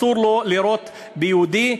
אסור לו לירות ביהודי.